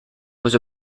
was